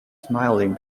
smiling